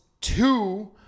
two